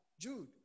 Jude